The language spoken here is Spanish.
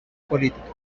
política